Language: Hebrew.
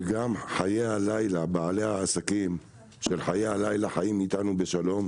וגם בעלי העסקים של חיי הלילה חיים איתנו בשלום,